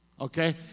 Okay